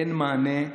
אין מענה.